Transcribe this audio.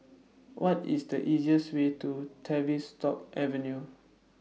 What IS The easiest Way to Tavistock Avenue